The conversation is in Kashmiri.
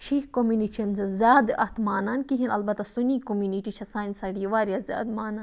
شی کومنِٹی چھ نہٕ زیادٕ اتھ مانان کِہیٖنۍ اَلبَتہ سونی کومنِٹی چھِ سانہِ سایڈٕ یہِ واریاہ زیادٕ مانان